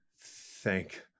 thank